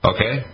Okay